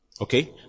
Okay